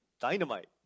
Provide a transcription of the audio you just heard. dynamite